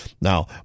Now